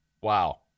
Wow